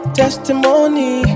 testimony